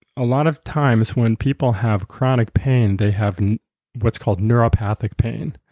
a lot of times when people have chronic pain, they have what's called neuropathic pain.